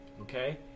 okay